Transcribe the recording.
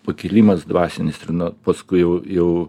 pakilimas dvasinis ir nuo paskui jau jau